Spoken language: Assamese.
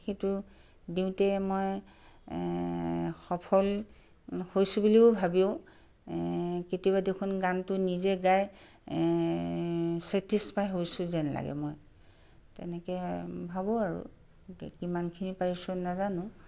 সেইটো দিওঁতে মই সফল হৈছোঁ বুলিও ভাবোঁ কেতিয়াবা দেখোন গানটো নিজে গাই ছেটিছফাই হৈছোঁ যেন লাগে মই তেনেকৈ ভাবোঁ আৰু কিমানখিনি পাৰিছোঁ নাজানোঁ